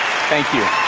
thank you.